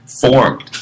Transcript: formed